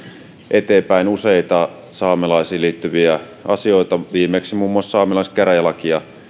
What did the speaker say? eteenpäin useita saamelaisiin liittyviä asioita viimeksi muun muassa saamelaiskäräjälain